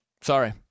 Sorry